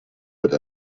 wird